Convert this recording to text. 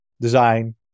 design